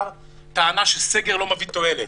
טענה שסגר לא מביא תועלת.